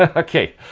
ah okay?